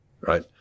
right